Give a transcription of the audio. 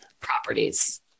properties